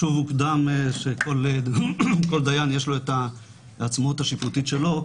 כל דיין יש לו את העצמאות השיפוטית שלו,